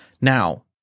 Now